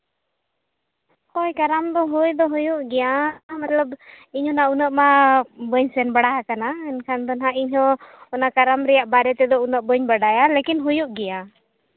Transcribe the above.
ᱳᱭ ᱠᱟᱨᱟᱢ ᱫᱚ ᱦᱳᱭ ᱫᱚ ᱦᱳᱭᱳᱜ ᱜᱮᱭᱟ ᱚᱱᱟ ᱢᱚᱛᱞᱚᱵᱤᱧ ᱢᱟ ᱩᱱᱟᱹᱜ ᱢᱟ ᱵᱟᱹᱧ ᱥᱮᱱ ᱵᱟᱲᱟ ᱟᱠᱟᱱᱟ ᱢᱮᱱᱠᱷᱟᱱ ᱫᱚᱦᱟᱸᱜ ᱤᱧ ᱦᱚᱸ ᱚᱱᱟ ᱠᱟᱨᱟᱢ ᱨᱮᱭᱟᱜ ᱵᱟᱨᱮ ᱛᱮᱫᱚ ᱩᱱᱟᱹᱜ ᱵᱟᱹᱧ ᱵᱟᱰᱟᱭᱟ ᱞᱮᱠᱤᱱ ᱦᱩᱭᱩᱜ ᱜᱮᱭᱟ